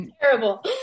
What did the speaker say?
terrible